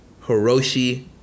Hiroshi